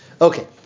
Okay